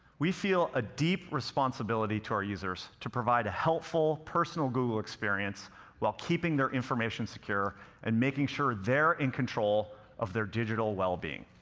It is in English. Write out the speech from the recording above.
we feel a deep responsibility to our users to provide a helpful, personal google experience while keeping their information secure and making sure they're in control of their digital well-being.